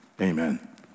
Amen